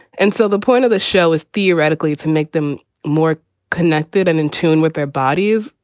and so the point of the show is theoretically to make them more connected and in tune with their bodies.